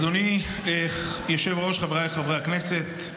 אדוני היושב-ראש, חבריי חברי הכנסת,